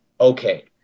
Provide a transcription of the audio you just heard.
Okay